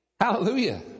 Hallelujah